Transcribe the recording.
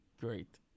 great